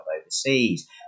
overseas